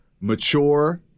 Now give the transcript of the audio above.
mature